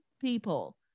people